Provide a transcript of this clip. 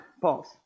pause